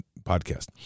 podcast